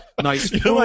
nice